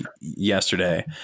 yesterday